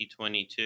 2022